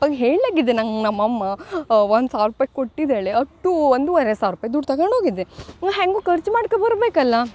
ಪಪ್ಪಗೆ ಹೇಳ್ಳಗಿದ್ದೆ ನಂಗೆ ನಮ್ಮ ಅಮ್ಮ ಒಂದು ಸಾವಿರ ರೂಪಾಯ್ ಕೊಟ್ಟಿದಾಳೆ ಅಷ್ಟೂ ಒಂದೂವರೆ ಸಾವಿರ ರೂಪಾಯಿ ದುಡ್ಡು ತಕಂಡೋಗಿದ್ದೆ ಹೇಗೂ ಖರ್ಚು ಮಾಡ್ಕೋ ಬರಬೇಕಲ್ಲ